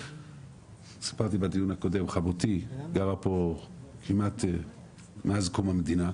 סיפרתי בדיון הקודם שחמותי גרה פה כמעט מאז קום המדינה,